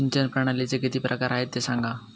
सिंचन प्रणालीचे किती प्रकार आहे ते सांगा